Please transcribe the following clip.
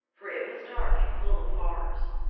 for it was dark and full of horrors.